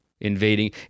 invading